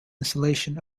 insulation